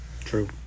True